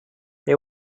they